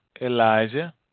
Elijah